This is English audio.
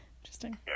Interesting